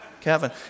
Kevin